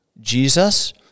Jesus